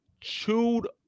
chewed